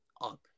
up